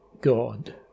God